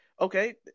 Okay